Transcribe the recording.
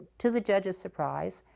to the judge's surprise,